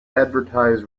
advertise